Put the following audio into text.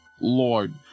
lord